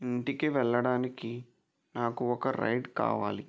ఇంటికి వెళ్ళడానికి నాకు ఒక రైడ్ కావాలి